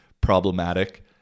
problematic